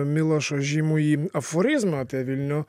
milošo žymųjį aforizmą apie vilnių